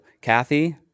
Kathy